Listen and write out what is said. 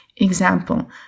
Example